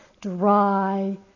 dry